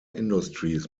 industries